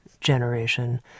generation